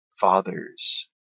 fathers